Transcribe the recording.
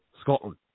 Scotland